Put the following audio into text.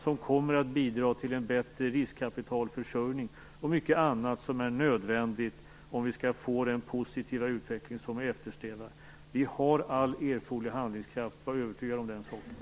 De kommer att bidra till en bättre riskkapitalförsörjning och mycket annat som är nödvändigt för att få den positiva utveckling som vi eftersträvar. Vi har all erforderlig handlingskraft, var övertygad om den saken.